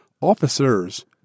officers